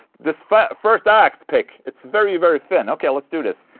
this first first act pick, it's very very thin. okay, let's do this.